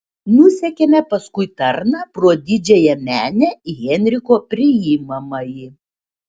nusekėme paskui tarną pro didžiąją menę į henriko priimamąjį